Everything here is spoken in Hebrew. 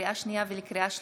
לקריאה שנייה ולקריאה שלישית,